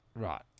Right